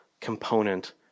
component